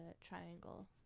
Triangle